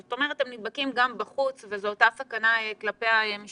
זאת אומרת הם נדבקים גם בחוץ וזו אותה סכנה כלפי המשפחות,